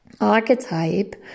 archetype